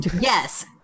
Yes